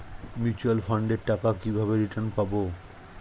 Mutual ফান্ডের টাকা কিভাবে রিটার্ন পাব?